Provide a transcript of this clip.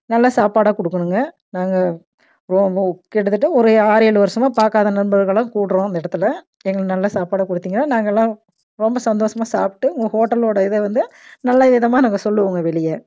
நல்ல சாப்பாடாக கொடுக்கணுங்க நாங்கள் கிட்டத்தட்ட ஒரு ஆறு ஏழு வருஷமாக பார்க்காத நண்பர்களெலாம் கூடுகிறோம் அந்த இடத்துல எங்களுக்கு நல்ல சாப்பாடை கொடுத்தீங்கன்னா நாங்களெலாம் ரொம்ப சந்தோசமா சாப்பிட்டு உங்கள் ஹோட்டலோடய இதை வந்து நல்ல விதமாக நாங்கள் சொல்லுவோங்க வெளியே